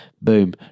boom